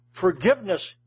forgiveness